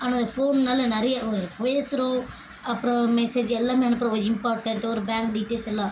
ஆனால் அது ஃபோன்னால் நிறைய பேசுகிறோம் அப்புறம் மெசேஜ் எல்லாமே அனுப்புகிறோம் இம்பார்ட்டண்ட் ஒரு பேங்க் டீட்டைல்ஸ் எல்லாம்